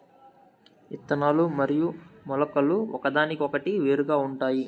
ఇత్తనాలు మరియు మొలకలు ఒకదానికొకటి వేరుగా ఉంటాయి